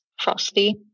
frosty